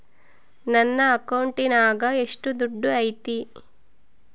ನನ್ನ ಅಕೌಂಟಿನಾಗ ಎಷ್ಟು ದುಡ್ಡು ಐತಿ?